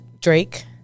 Drake